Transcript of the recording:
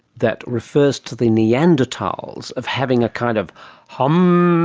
that refers to the neanderthals of having a kind of hummmm